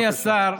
אדוני השר,